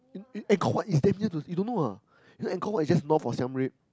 Angkor-Wat is damn near to you don't know ah you know Angkor-Wat is just north of Siam-Reap